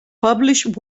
published